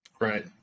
Right